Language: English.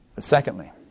secondly